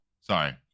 Sorry